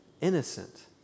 Innocent